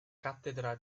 cattedra